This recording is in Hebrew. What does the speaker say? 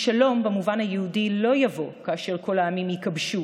השלום במובן היהודי לא יבוא כאשר כל העמים ייכבשו